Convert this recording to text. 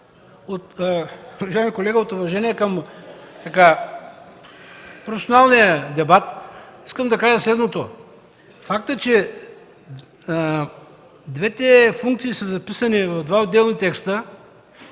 Уважаеми колега, от уважение към професионалния дебат искам да кажа следното. Фактът, че двете функции са записани в два отделни текста